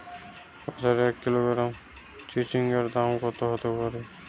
বাজারে এক কিলোগ্রাম চিচিঙ্গার দাম কত হতে পারে?